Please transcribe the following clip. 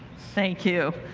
thank you.